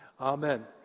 Amen